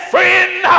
Friend